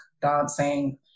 dancing